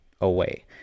away